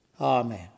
Amen